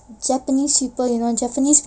japanese cheaper you know japanese people